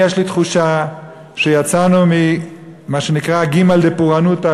יש לי תחושה שיצאנו ממה שנקרא "ג' דפורענותא",